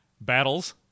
battles